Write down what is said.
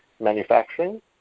manufacturing